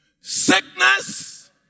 sickness